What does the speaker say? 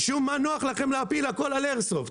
משום מה נוח לכם להפיל הכל על איירסופט,